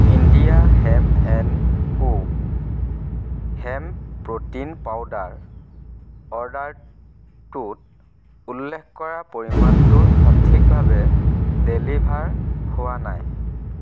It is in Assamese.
India hemp and co hemp protein powder অৰ্ডাৰটোত উল্লেখ কৰা পৰিমাণটো সঠিকভাৱে ডেলিভাৰ হোৱা নাই